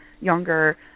younger